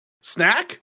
snack